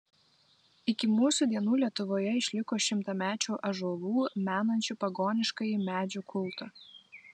iki mūsų dienų lietuvoje išliko šimtamečių ąžuolų menančių pagoniškąjį medžių kultą